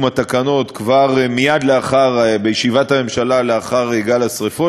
התקנות כבר בישיבת הממשלה מייד לאחר גל השרפות.